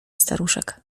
staruszek